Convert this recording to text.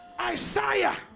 Isaiah